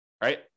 right